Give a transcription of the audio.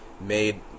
made